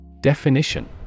Definition